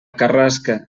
carrasca